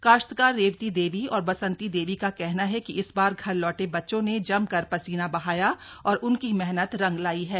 काश्तकार रेवती देवी और बसंती देवी का कहना है कि इस बार घर लौटे बच्चों ने जमकर पसीना बहाया और उनकी मेहनत रंग लाई है